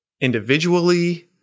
individually